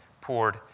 poured